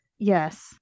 Yes